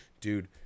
Dude